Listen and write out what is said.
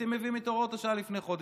הייתם מביאים את הוראות השעה לפני חודש,